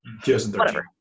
2013